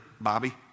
Bobby